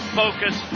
focus